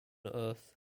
earth